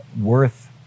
worth